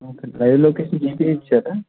okay అండి live location దీనికి ఇచ్చారా